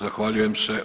Zahvaljujem se.